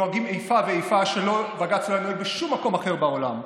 נוהגים איפה ואיפה כמו שבג"ץ לא היה נוהג בשום מקום אחר בעולם.